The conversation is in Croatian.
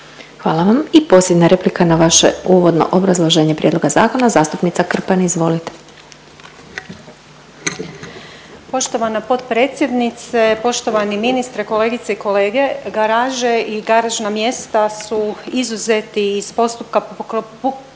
Hvala vam. I posljednja replika na vaše uvodno obrazloženje prijedloga zakona. Zastupnica Krpan izvolite. **Krpan, Sandra (SDP)** Poštovana potpredsjednice, poštovani ministre, kolegice i kolege garaže i garažna mjesta su izuzeti iz postupka